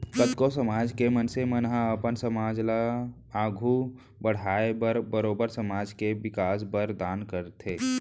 कतको समाज के मनसे मन ह अपन समाज ल आघू बड़हाय बर बरोबर समाज के बिकास बर दान करथे